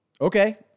Okay